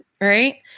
right